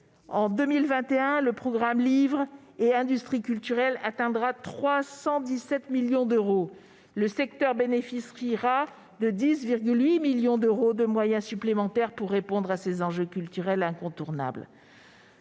En 2021, le programme 334, « Livre et industries culturelles », atteindra 317 millions d'euros. Le secteur bénéficiera de 10,8 millions d'euros de moyens supplémentaires pour répondre à ces enjeux culturels incontournables.